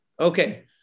Okay